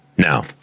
Now